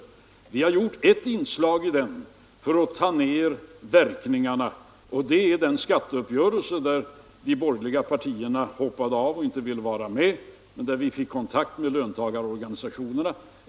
Vi har gjort ett inslag i den för att ta ner verkningarna, och det är den skatteuppgörelse från vilken de borgerliga partierna hoppade av, men där vi fick kontakt med löntagarorganisationerna.